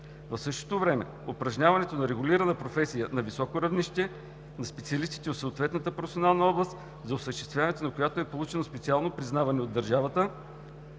В същото време за упражняването на регулирана професия на високо равнище на специалистите от съответната професионална област, за осъществяването на която е получено специално признаване от държавата,